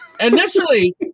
Initially